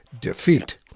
defeat